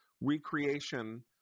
recreation